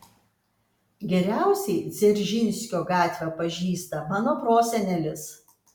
geriausiai dzeržinskio gatvę pažįsta mano prosenelis